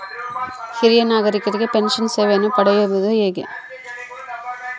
ಹಿರಿಯ ನಾಗರಿಕರಿಗೆ ಪೆನ್ಷನ್ ಸೇವೆಯನ್ನು ಪಡೆಯುವುದು ಹೇಗೆ?